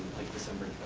december